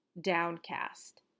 Downcast